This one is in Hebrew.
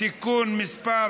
(תיקון מס'